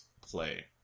play